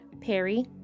Perry